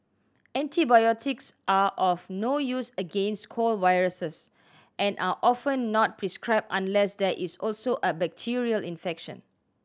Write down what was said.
antibiotics are of no use against cold viruses and are often not prescribed unless there is also a bacterial infection